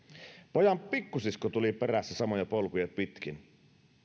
pojan pikkusisko tuli perässä samoja polkuja pitkin